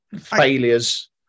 failures